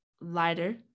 lighter